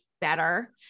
better